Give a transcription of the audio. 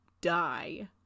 die